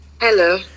Hello